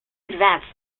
advanced